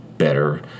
better